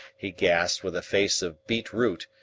he gasped, with a face of beetroot,